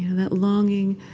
that longing.